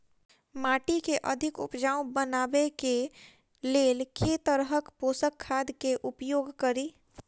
माटि केँ अधिक उपजाउ बनाबय केँ लेल केँ तरहक पोसक खाद केँ उपयोग करि?